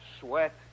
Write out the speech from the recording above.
Sweat